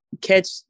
catch